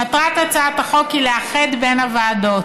מטרת הצעת החוק היא לאחד את הוועדות.